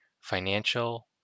financial